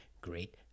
great